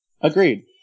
agreed